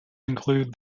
include